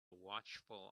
watchful